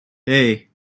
hey